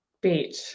beach